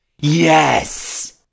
Yes